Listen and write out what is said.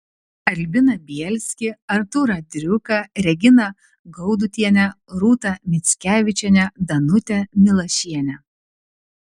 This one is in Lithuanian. albiną bielskį artūrą driuką reginą gaudutienę rūtą mickevičienę danutę milašienę